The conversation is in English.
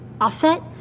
offset